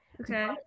Okay